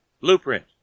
Blueprint